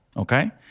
okay